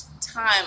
time